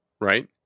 Right